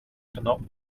cannot